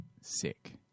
Sick